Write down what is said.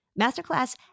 Masterclass